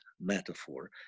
metaphor